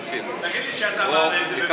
תגיד לי שאתה מעלה את זה,